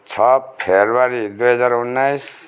छ फरवरी दुई हजार उन्नाइस